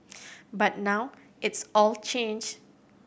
but now it's all changed